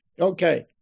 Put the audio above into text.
Okay